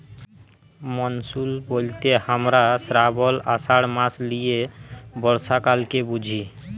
monsoon ব্যলতে হামরা শ্রাবল, আষাঢ় মাস লিয়ে বর্ষাকালকে বুঝি